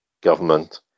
government